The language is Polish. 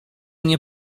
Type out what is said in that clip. nie